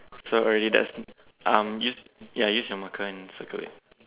so really that's um use ya use your marker and circle it